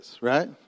right